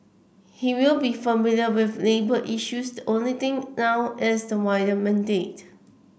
he will be familiar with labour issues the only thing now is the wider mandate